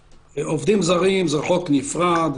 עובדים זרים זה חוק נפרד.